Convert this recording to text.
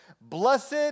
Blessed